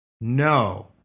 No